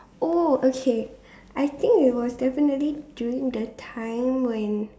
oh okay I think it was definitely during the time when